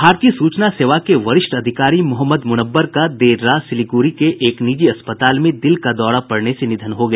भारतीय सूचना सेवा के वरिष्ठ अधिकारी मोहम्मद मुनव्वर का देर रात सिल्लीगुड़ी के एक निजी अस्पताल में दिल का दौरा पड़ने से निधन हो गया